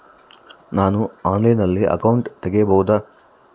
ನಾನು ಆನ್ಲೈನಲ್ಲಿ ಅಕೌಂಟ್ ತೆಗಿಬಹುದಾ?